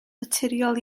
naturiol